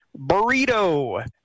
burrito